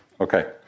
Okay